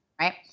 Right